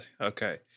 Okay